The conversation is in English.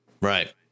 Right